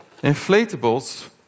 inflatables